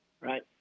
Right